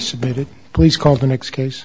submit it please call the next case